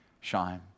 shine